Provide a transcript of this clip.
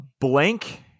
Blank